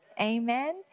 Amen